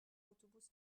اتوبوس